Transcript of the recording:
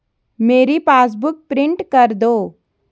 मेरी passbook print कर दो